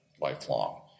lifelong